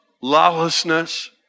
lawlessness